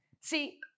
See